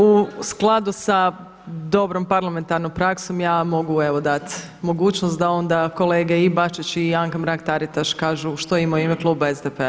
U skladu sa dobrom parlamentarnom praksom ja mogu dati mogućnost da onda kolege i Bačić i Anka Mrak Taritaš kažu što imaju u ime kluba SDP-a.